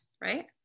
right